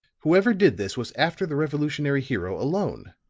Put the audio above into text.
whoever did this was after the revolutionary hero alone.